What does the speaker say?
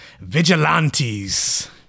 Vigilantes